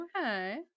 okay